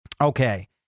Okay